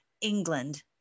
england